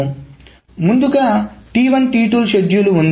కాబట్టి ముందుగా షెడ్యూల్ ఉంది